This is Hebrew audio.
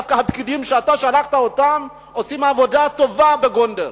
דווקא הפקידים שאתה שלחת עושים עבודה טובה בגונדר.